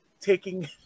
taking